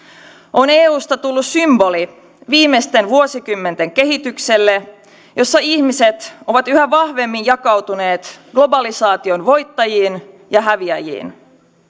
on eusta tullut symboli viimeisten vuosikymmenten kehitykselle jossa ihmiset ovat yhä vahvemmin jakautuneet globalisaation voittajiin ja häviäjiin